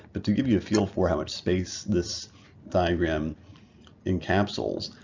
but to give you a feel for how much space this diagram encapsulates,